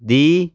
ਦੀ